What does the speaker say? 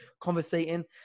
conversating